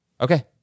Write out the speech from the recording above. Okay